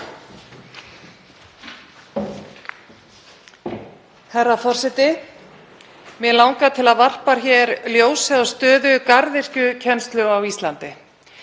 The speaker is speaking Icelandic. Herra forseti. Mig langar til að varpa hér ljósi á stöðu garðyrkjukennslu á Íslandi.